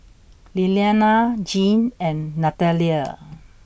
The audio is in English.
Lillianna Jean and Nathalia